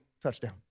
touchdown